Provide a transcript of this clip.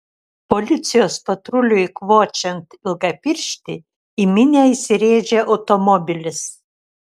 policijos patruliui kvočiant ilgapirštį į minią įsirėžė automobilis